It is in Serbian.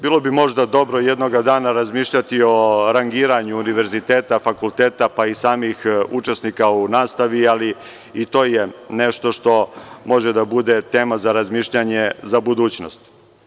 Bilo bi možda dobro jednoga dana razmišljati o rangiranju univerziteta, fakulteta, pa i samih učesnika u nastavi, ali i to je nešto što može da bude tema za razmišljanje za budućnost.